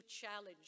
challenge